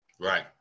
Right